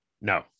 No